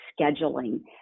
scheduling